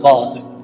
Father